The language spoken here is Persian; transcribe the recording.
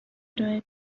ارائه